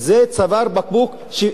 עוד ביורוקרטיה,